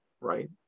right